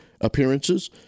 appearances